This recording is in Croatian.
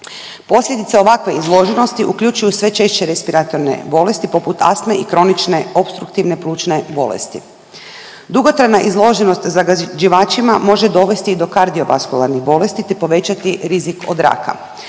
Posljedice ovakve izloženosti uključuju sve češće respiratorne bolesti poput astme i kronične opstruktivne plućne bolesti. Dugotrajna izloženost zagađivačima može dovesti i do kardiovaskularnih bolesti te povećati rizik od raka.